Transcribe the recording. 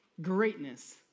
greatness